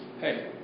hey